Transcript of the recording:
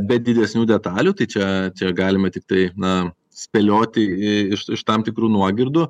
be didesnių detalių tai čia galime tiktai na spėlioti i iš iš tam tikrų nuogirdų